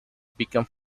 became